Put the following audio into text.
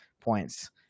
points